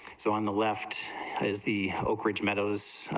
so on the left has the oakridge meadows,